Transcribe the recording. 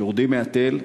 יורדים מהתל,